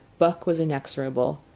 buck was inexorable.